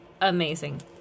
amazing